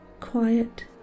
quiet